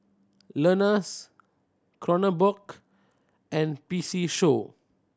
Lenas Kronenbourg and P C Show